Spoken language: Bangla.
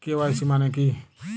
কে.ওয়াই.সি মানে কী?